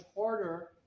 harder